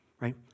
right